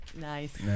Nice